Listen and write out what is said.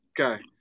Okay